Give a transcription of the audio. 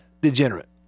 degenerate